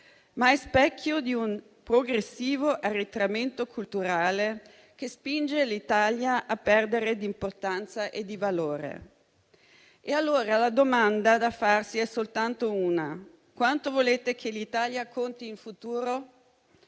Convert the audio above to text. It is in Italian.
ma è specchio di un progressivo arretramento culturale che spinge l'Italia a perdere d'importanza e di valore. La domanda da farsi è soltanto una: quanto volete che l'Italia conti in futuro?